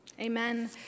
Amen